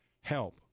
Help